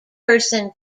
person